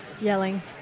Yelling